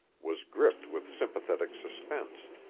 was gripped with sympathetic suspense.